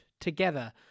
together